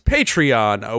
Patreon